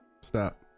Stop